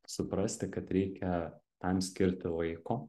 suprasti kad reikia tam skirti laiko